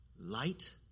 light